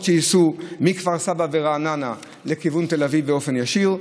שייסעו מכפר סבא ורעננה לכיוון לתל אביב באופן ישיר,